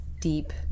deep